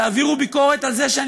תעבירו ביקורת על זה ש,